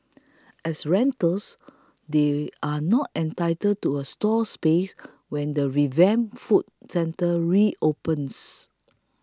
as renters they are not entitled to a stall space when the revamped food centre reopens